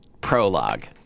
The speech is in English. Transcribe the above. Prologue